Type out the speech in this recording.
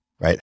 right